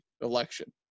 Election